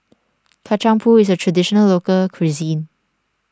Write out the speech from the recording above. Kacang Pool is a Traditional Local Cuisine